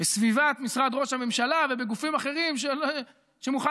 בסביבת משרד ראש הממשלה ובגופים אחרים שמוכן